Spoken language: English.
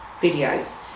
videos